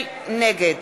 נגד